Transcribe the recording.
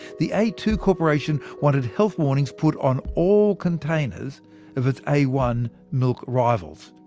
the a two corporation wanted health warnings put on all containers of its a one milk rivals.